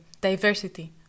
diversity